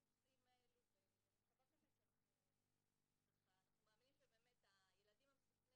בנושאים האלה ואנחנו מאמינים שהילדים הם סוכני